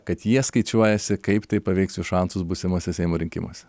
kad jie skaičiuojasi kaip tai paveiks jų šansus būsimuose seimo rinkimuose